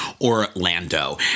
Orlando